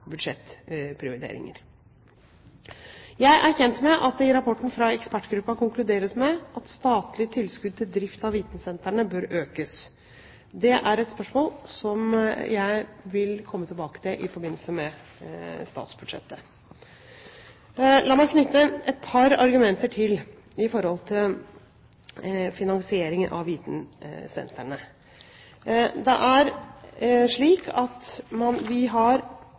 med at det i rapporten fra ekspertgruppen konkluderes med at statlig tilskudd til drift av vitensentrene bør økes. Det er et spørsmål som jeg vil komme tilbake til i forbindelse med statsbudsjettet. La meg knytte et par argumenter til finansieringen av vitensentrene. Vi har omtalt vitensentrene positivt i mange sammenhenger. Det